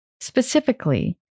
Specifically